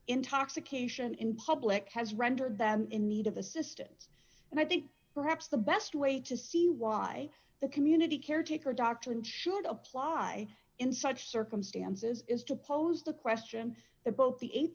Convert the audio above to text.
intoxication in public has rendered them in the need of assistance and i think perhaps the best way to see why the community caretaker doctrine should apply in such circumstances is to pose the question that both the